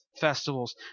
festivals